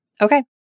Okay